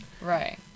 right